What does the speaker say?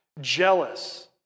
jealous